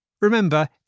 Remember